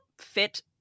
fit